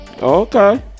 okay